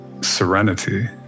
serenity